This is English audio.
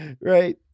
Right